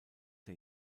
der